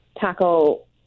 tackle